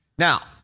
Now